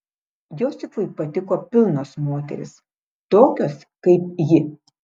josifui patiko pilnos moterys tokios kaip ji